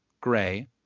gray